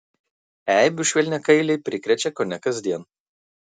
eibių švelniakailiai prikrečia kone kasdien